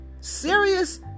serious